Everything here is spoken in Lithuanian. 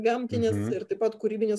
gamtinės ir taip pat kūrybinės